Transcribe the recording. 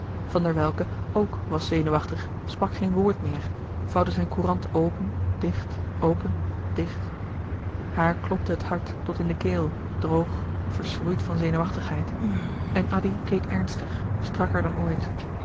van der welcke ook was zenuwachtig sprak geen woord meer vouwde zijn courant open dicht open dicht haar klopte het hart tot in de keel droog verschroeid van zenuwachtigheid en addy keek ernstig strakker dan ooit